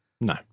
No